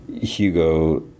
hugo